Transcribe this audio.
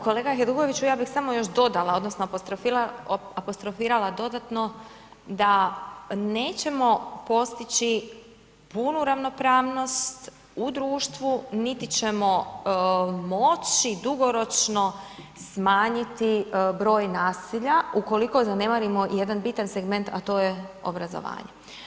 Kolega Hajdukoviću, ja bih samo još dodala, odnosno apostrofirala dodatno da nećemo postići punu ravnopravnost u društvu niti ćemo moći dugoročno smanjiti broj nasilja ukoliko zanemarimo jedan bitan segment a to je obrazovanje.